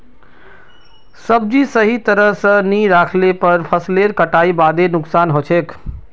सब्जी सही तरह स नी राखले पर फसलेर कटाईर बादे नुकसान हछेक